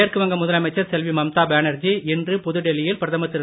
மேற்கு வங்க முதலமைச்சர் செல்வி மம்தா பேனர்ஜி இன்று புதுடெல்லியில் பிரதமர் திரு